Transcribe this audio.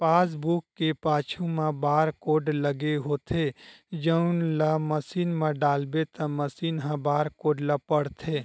passbook के पाछू म बारकोड लगे होथे जउन ल मसीन म डालबे त मसीन ह बारकोड ल पड़थे